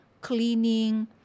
cleaning